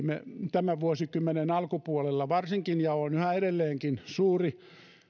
tämän vuosikymmenen alkupuolella varsinkin ja on yhä edelleenkin suuri